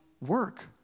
work